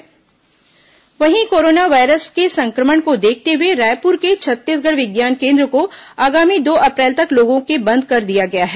corona Chhattisgarh वहीं corona virus के संक्रमण को देखते हुए रायपुर के छत्तीसगढ़ विज्ञान केन्द्र को आगामी दो अप्रैल तक लोगों के बंद कर दिया गया है